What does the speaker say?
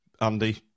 Andy